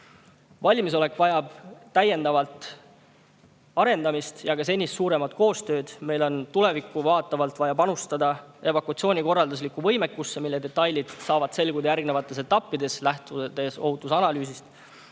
Valmisolek vajab täiendavat arendamist ja ka senisest suuremat koostööd. Meil on tulevikku vaatavalt vaja panustada evakuatsioonikorralduse võimekusse. Selle detailid selguvad järgnevates etappides, lähtudes ohutusanalüüsist.